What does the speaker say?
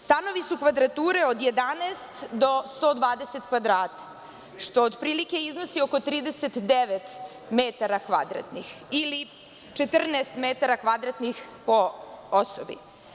Stanovi su kvadrature od 11 do 120 kvadrata, što od prilike iznosi 39 metara kvadratnih ili 14 metara kvadratnih po osobi.